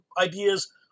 ideas